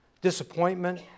disappointment